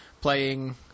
playing